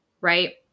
right